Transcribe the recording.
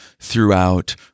throughout